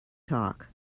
talk